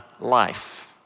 life